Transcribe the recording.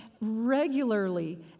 regularly